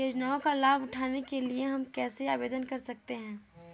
योजनाओं का लाभ उठाने के लिए हम कैसे आवेदन कर सकते हैं?